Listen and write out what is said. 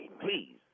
please